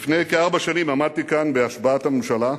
לפני כארבע שנים עמדתי כאן, בהשבעת הממשלה,